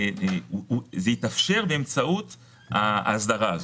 התאפשר באמצעות ההסדרה הזאת.